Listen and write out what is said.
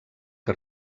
que